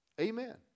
Amen